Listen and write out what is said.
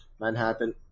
Manhattan